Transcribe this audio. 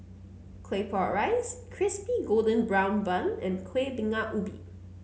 Claypot Rice Crispy Golden Brown Bun and Kueh Bingka Ubi